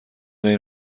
غیر